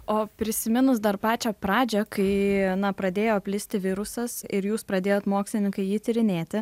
o prisiminus dar pačią pradžią kai na pradėjo plisti virusas ir jūs pradėjot mokslininkai jį tyrinėti